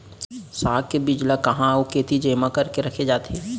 साग के बीज ला कहाँ अऊ केती जेमा करके रखे जाथे?